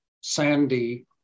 Sandy